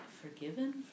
forgiven